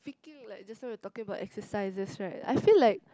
speaking like just now you're talking about exercises right I feel like